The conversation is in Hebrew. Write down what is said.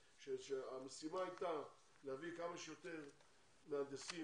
שהמשימה הייתה להביא כמה שיותר מהנדסים,